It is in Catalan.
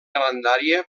grandària